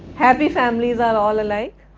happy families are all alike?